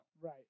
Right